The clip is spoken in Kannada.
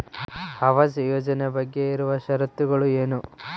ಆವಾಸ್ ಯೋಜನೆ ಬಗ್ಗೆ ಇರುವ ಶರತ್ತುಗಳು ಏನು?